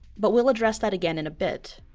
but we'll address that again in a bit.